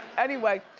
anyway,